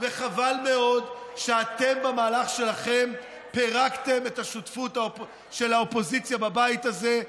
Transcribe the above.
וחבל מאוד שאתם במהלך שלכם פירקתם את השותפות של האופוזיציה בבית הזה,